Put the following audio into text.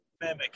mimic